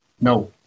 No